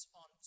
on